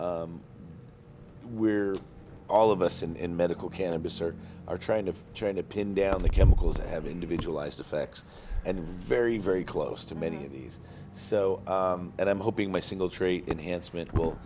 we're all of us in medical cannabis or are trying to trying to pin down the chemicals that have individualized effects and very very close to many of these so that i'm hoping my single tree enhancement will